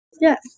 Yes